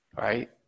right